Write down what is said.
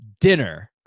dinner